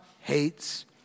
hates